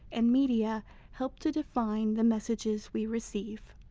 and media help to define the messages we receive.